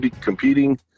Competing